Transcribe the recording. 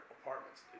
apartments